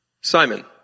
Simon